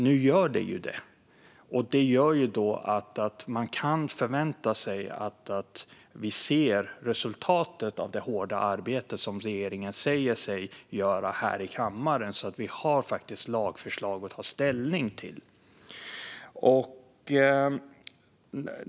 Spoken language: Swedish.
Nu gör det ju det, och det gör att man kan förvänta sig att se resultatet av det hårda arbete som regeringen säger sig göra här i kammaren så att vi får lagförslag att ta ställning till.